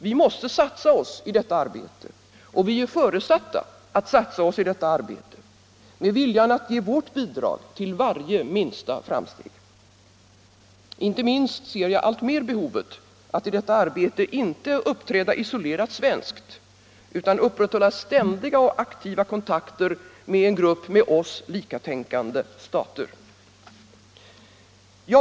Vi måste satsa oss i detta arbete, och vi är föresatta att satsa oss i detta arbete med viljan att ge vårt bidrag till varje minsta framsteg. Inte minst ser jag alltmer behovet att i detta arbete inte uppträda isolerat svenskt utan upprätthålla ständiga och aktiva kontakter med en grupp med oss likatänkande stater.